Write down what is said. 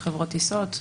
חברות טיסות.